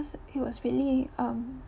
he was really um